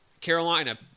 Carolina